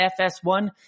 FS1